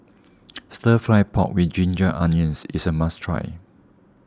Stir Fried Pork with Ginger Onions is a must try